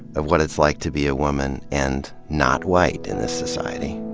of what it's like to be a woman and not white in this society?